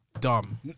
dumb